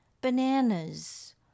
bananas